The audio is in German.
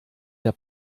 der